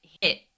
hit